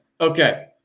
Okay